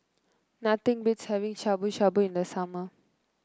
nothing beats having Shabu Shabu in the summer